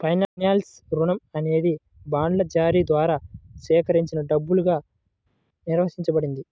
ఫైనాన్స్లో, రుణం అనేది బాండ్ల జారీ ద్వారా సేకరించిన డబ్బుగా నిర్వచించబడింది